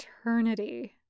eternity